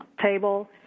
table